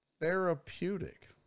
therapeutic